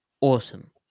awesome